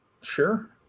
Sure